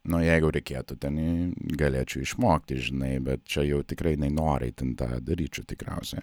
nu jeigu reikėtų tenai galėčiau išmokti žinai bet čia jau tikrai nenoriai ten tą daryčiau tikriausia